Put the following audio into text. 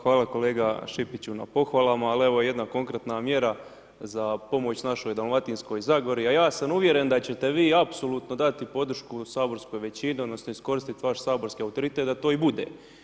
Hvala kolega Šipiću na pohvalama, ali evo jedna konkretna mjera za pomoć našoj dalmatinskoj zagori, a ja sam uvjeren da ćete vi apsolutno dati podršku saborskoj većini, odnosno iskoristit vaš saborski autoritet da to i bude.